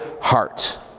heart